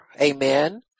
amen